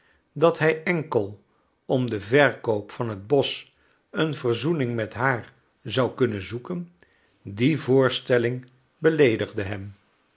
dat hij enkel om den verkoop van het bosch een verzoening met haar zou kunnen zoeken die voorstelling beleedigde hem